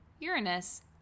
Uranus